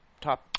top